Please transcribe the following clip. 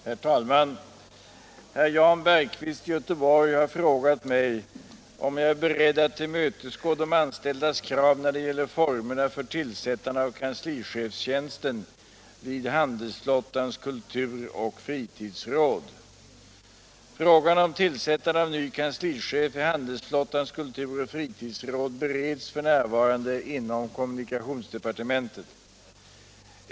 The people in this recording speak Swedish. Herr talman! Herr Jan Bergqvist i Göteborg har frågat mig om jag är beredd att tillmötesgå de anställdas krav när det gäller formerna för tillsättande av kanslichefstjänsten vid handelsflottans kulturoch fritidsråd. Frågan om tillsättande av ny kanslichef vid handelsflottans kulturoch fritidsråd bereds f. n. inom kommunikationsdepartementet.